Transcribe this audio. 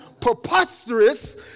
Preposterous